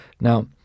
Now